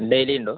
ഡെയ്ലിയുണ്ടോ